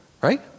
right